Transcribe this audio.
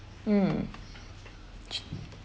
mm ch~